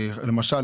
למשל,